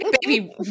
Baby